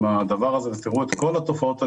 הדבר הזה ותראו את כל התופעות הנלוות,